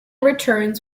returns